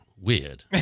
Weird